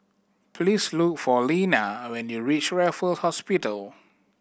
please look for Linna when you reach Raffle Hospital